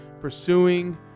Pursuing